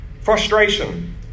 Frustration